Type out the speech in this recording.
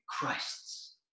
Christ's